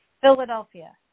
Philadelphia